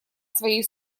своей